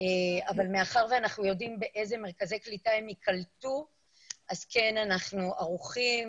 אבל מאחר שאנחנו יודעים באיזה מרכזי קליטה הם ייקלטו אז כן אנחנו ערוכים